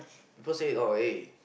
people say oh eh